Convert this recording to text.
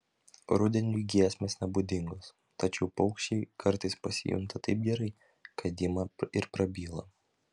rudeniui giesmės nebūdingos tačiau paukščiai kartais pasijunta taip gerai kad ima ir prabyla